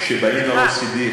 כשבאים ל-OECD,